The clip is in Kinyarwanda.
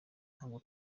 ntabwo